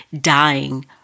dying